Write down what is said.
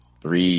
three